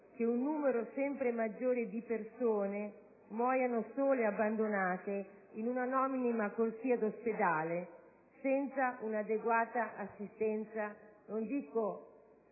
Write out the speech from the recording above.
che un numero sempre maggiore di persone muoiano sole e abbandonate in un'anonima corsia di ospedale, senza un'adeguata assistenza, non dico